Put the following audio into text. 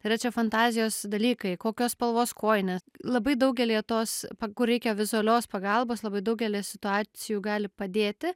yra čia fantazijos dalykai kokios spalvos kojinės labai daugelyje tos kur reikia vizualios pagalbos labai daugelyje situacijų gali padėti